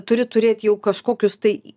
turi turėti jau kažkokius tai